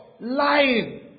Lying